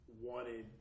wanted